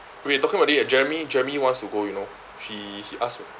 we talking about it already jeremy jeremy wants to go you know she she ask me